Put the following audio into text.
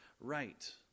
right